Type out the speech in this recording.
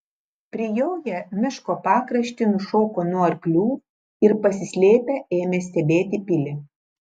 prijoję miško pakraštį nušoko nuo arklių ir pasislėpę ėmė stebėti pilį